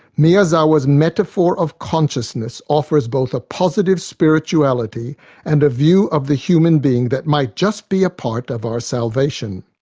miyazawa's metaphor of consciousness offers both a positive spirituality and a view of the human being that might just be a part of our salvation.